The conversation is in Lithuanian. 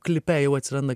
klipe jau atsiranda